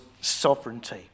sovereignty